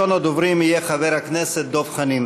בבקשה, ראשון הדוברים יהיה חבר הכנסת דב חנין.